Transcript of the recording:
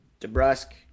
DeBrusque